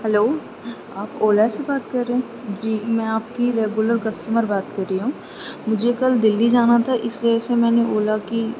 hello آپ اولا سے بات کر رہے ہیں جی میں آپ کی ریگولر کسٹمر بات کر رہی ہوں مجھے کل دلی جانا تھا اس وجہ سے میں نے بولا کہ